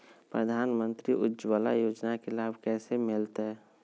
प्रधानमंत्री उज्वला योजना के लाभ कैसे मैलतैय?